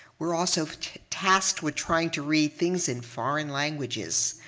we're also tasked with trying to read things in foreign languages.